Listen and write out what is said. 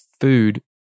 food